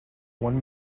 one